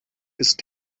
ist